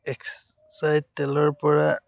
এক্সাইটেলৰ পৰা